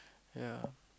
ya